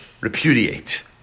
Repudiate